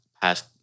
past